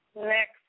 Next